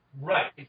Right